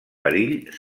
perill